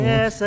Yes